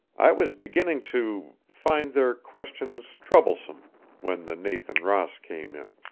i was beginning to find their questions troublesome when the nathan ross came in.